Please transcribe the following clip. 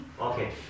Okay